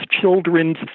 children's